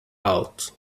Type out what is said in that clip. out